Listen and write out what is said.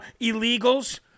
illegals